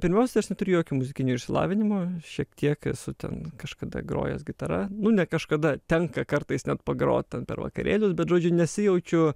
pirmiausia aš neturiu jokio muzikinio išsilavinimo šiek tiek esu ten kažkada grojęs gitara nu ne kažkada tenka kartais net pagrot ten per vakarėlius bet žodžiu nesijaučiu